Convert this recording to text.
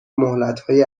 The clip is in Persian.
مهلتهای